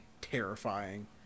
terrifying